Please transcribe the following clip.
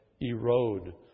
erode